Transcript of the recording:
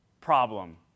problem